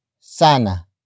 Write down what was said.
Sana